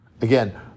Again